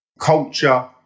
culture